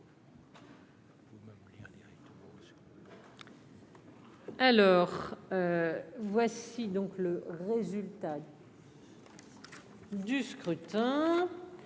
Alors, voici donc le résultat. Du scrutin